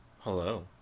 Hello